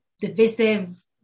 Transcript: divisive